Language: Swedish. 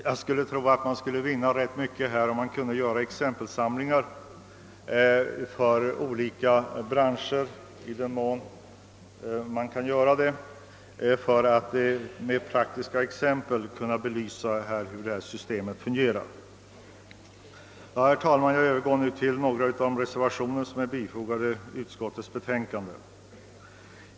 Jag skulle tro att man kunde vinna ganska mycket om man kunde göra exempelsamlingar för olika branscher — i den mån det är möjligt — och alltså med praktiska exempel belysa hur systemet fungerar. Herr talman! Jag övergår nu till att beröra några av de reservationer som är fogade vid utskottets betänkande.